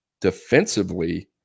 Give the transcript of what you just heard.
Defensively